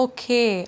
Okay